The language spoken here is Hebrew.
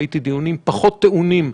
וראיתי דיונים פחות טעונים היסטורית,